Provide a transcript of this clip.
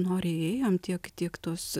norėjom tiek tiek tos